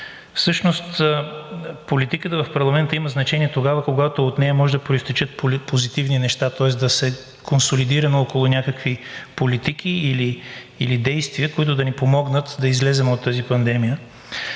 Всъщност политиката в парламента има значение тогава, когато от нея може да произтичат позитивни неща, тоест да се консолидираме около някакви политики или действия, които да ни помогнат да излезем от тази пандемия,